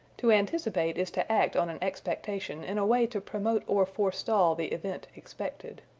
to anticipate is to act on an expectation in a way to promote or forestall the event expected.